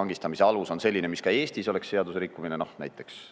vangistamise alus on selline, mis ka Eestis oleks seaduserikkumine, näiteks